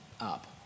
up